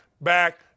back